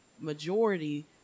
majority